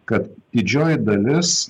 kad didžioji dalis